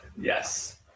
Yes